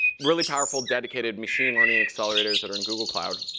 really powerful, dedicated, machine learning accelerators that are in google cloud.